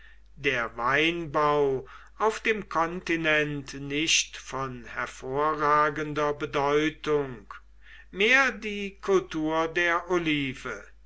der weinbau auf dem kontinent nicht von hervorragender bedeutung mehr die kultur der olive